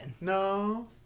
No